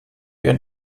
ihren